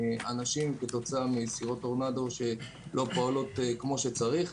אנשים מפגיעה של סירות טורנדו שלא פועלות כמו שצריך.